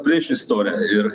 priešistorę ir